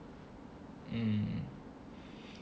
um